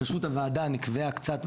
פשוט הוועדה נקבעה קצת,